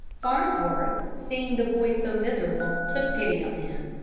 farnsworth, seeing the boy so miserable, took pity on him.